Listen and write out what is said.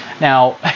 Now